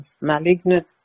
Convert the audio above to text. malignant